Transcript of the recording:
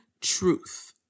truth